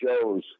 shows